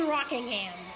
Rockingham